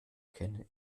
kenne